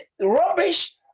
rubbish